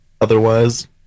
Otherwise